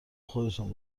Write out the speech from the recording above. خودتون